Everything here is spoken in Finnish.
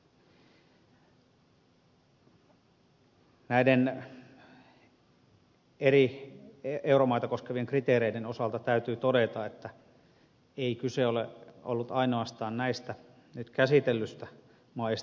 näiden eri euromaita koskevien kriteereiden osalta täytyy todeta että ei kyse ole ollut ainoastaan näistä nyt käsitellyistä maista